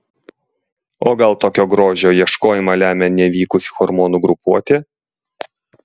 o gal tokį grožio ieškojimą lemia nevykusi hormonų grupuotė